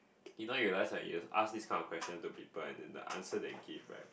you know you realise right you ask this kind of question to people and the answer they give right